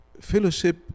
fellowship